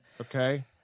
Okay